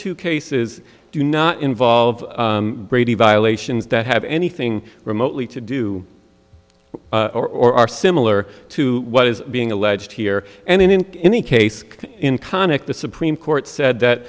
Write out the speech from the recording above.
two cases do not involve brady violations that have anything remotely to do or are similar to what is being alleged here and in any case in conic the supreme court said that